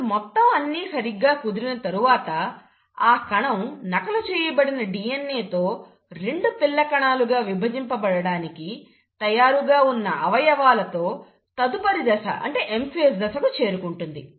ఇప్పుడు మొత్తం అన్ని సరిగ్గా కుదిరిన తరువాత ఆ కణం నకలు చేయబడిన DNA తో రెండు పిల్లకణాలుగా విభజింపబడడానికి తయారుగా ఉన్నఅవయవాలతో తదుపరి దశ M phase కు చేరుకుంటుంది